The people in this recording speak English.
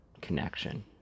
connection